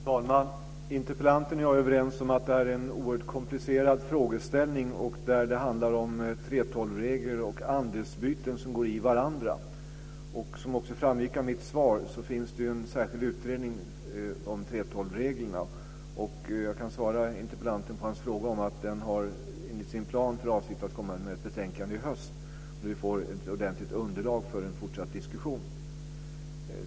Fru talman! Interpellanten och jag är överens om att det här är en oerhört komplicerad fråga där det handlar om 3:12-regler och andelsbyten som går i varandra. Som också framgick av mitt svar finns en särskild utredning om 3:12-reglerna. Jag kan svara interpellanten på hans fråga att utredningen har enligt sin plan för avsikt att komma med ett betänkande i höst. Då får vi ett ordentligt underlag för en fortsatt diskussion.